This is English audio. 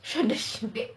shaun the sheep